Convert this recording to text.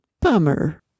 Bummer